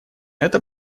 это